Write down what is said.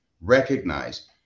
recognize